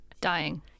dying